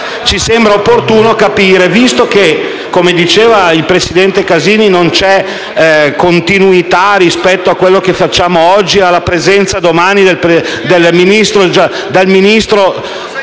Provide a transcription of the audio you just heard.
ci sembra opportuno capire. Visto che, come diceva il presidente Casini, non c’econtinuita tra quello che facciamo oggi e la presenza domani del Ministro